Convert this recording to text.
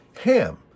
Ham